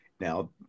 now